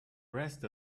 rest